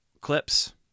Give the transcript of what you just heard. clips